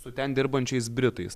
su ten dirbančiais britais